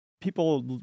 People